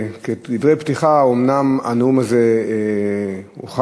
1659, 2117, 2118, 2122, 2132, 2192 ו-2193.